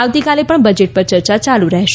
આવતીકાલે પણ બજેટ પર ચર્ચા યાલુ રહેશે